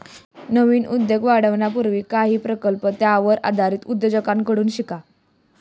नवीन उद्योग वाढवण्यापूर्वी काही प्रकल्प त्यावर आधारित उद्योगांकडून शिका